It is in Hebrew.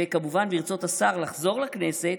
וכמובן, ברצות השר לחזור לכנסת,